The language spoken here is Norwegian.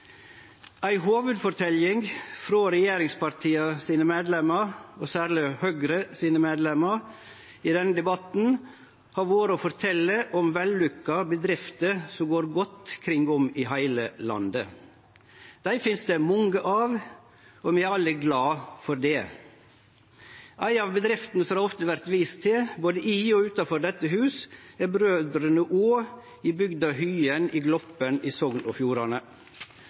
Ei hovudforteljing frå regjeringspartia sine medlemer, og særleg Høgre sine medlemer, i denne debatten har vore å fortelje om vellukka bedrifter som går godt kringom i heile landet. Dei finst det mange av, og vi er alle glade for det. Ei av bedriftene det ofte vert vist til, både i og utanfor dette huset, er Brødrene Aa i bygda Hyen i Gloppen i Sogn og Fjordane.